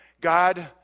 God